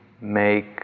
make